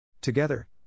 Together